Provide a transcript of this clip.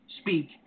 speak